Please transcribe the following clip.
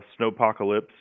snowpocalypse